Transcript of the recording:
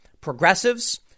progressives